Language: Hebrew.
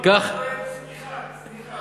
ייקח, יהיו הרבה מנועי צניחה, לא צמיחה.